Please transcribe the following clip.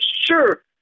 sure